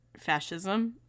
fascism